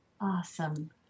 Awesome